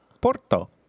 Porto